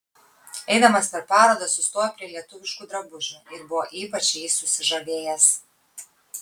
eidamas per parodą sustojo prie lietuviškų drabužių ir buvo ypač jais susižavėjęs